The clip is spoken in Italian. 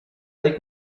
dai